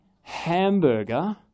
hamburger